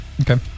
Okay